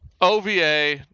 OVA